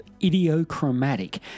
idiochromatic